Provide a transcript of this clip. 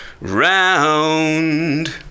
round